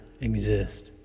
exist